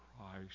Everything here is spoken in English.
Christ